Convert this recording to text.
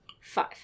Five